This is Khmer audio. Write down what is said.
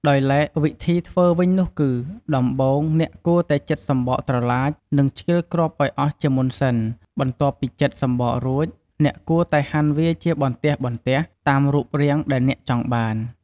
ដោយឡែកវិធីធ្វើវិញនោះគឺ ដំបូង អ្នកគួរតែចិតសំបកត្រឡាច និងឆ្កៀលគ្រាប់ឱ្យអស់ជាមុនសិន។ បន្ទាប់ពីចិតសំបករួច អ្នកគួរតែហាន់វាជាបន្ទះៗ តាមរូបរាងដែលអ្នកចង់បាន។